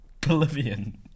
Bolivian